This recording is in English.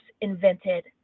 invented